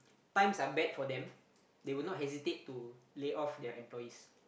times are bad for them they will not hesitate to lay off their employees